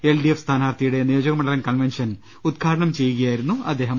L D F സ്ഥാനാർത്ഥിയുടെ നിയോജക മണ്ഡലം കൺവെൻഷൻ ഉദ്ഘാടനം ചെയ്യുകയായിരുന്നു അദ്ദേഹം